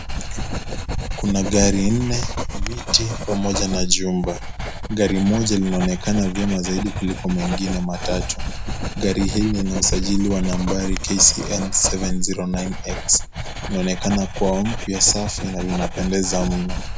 Kuna gari nne, miti pamoja na chumba. Gari moja linaonekana vyema zaidi kuliko mengine matatu. Gari hili lina usajili wa nambari KCN 709X. Linaonekana kuwa mpya safi na linapendeza mno.